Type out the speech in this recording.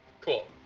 Cool